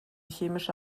chemische